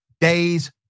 days